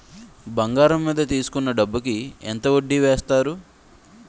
బంగారం మీద తీసుకున్న డబ్బు కి ఎంత వడ్డీ వేస్తారు?